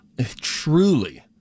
truly